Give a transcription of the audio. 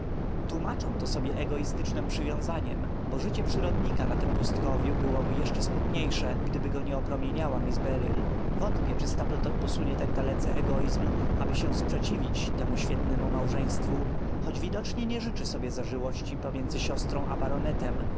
tłómaczę to sobie egoistycznem przywiązaniem bo życie przyrodnika na tem pustkowiu byłoby jeszcze smutniejsze gdyby go nie opromieniała miss beryl wątpię czy stapleton posunie tak dalece egoizm aby się sprzeciwić temu świetnemu małżeństwu choć widocznie nie życzy sobie zażyłości pomiędzy siostrą